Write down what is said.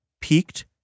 peaked